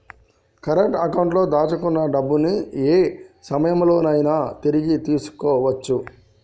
current అకౌంట్లో దాచుకున్న డబ్బుని యే సమయంలోనైనా తిరిగి తీసుకోవచ్చు